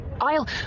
I'll-